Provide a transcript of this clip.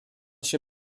się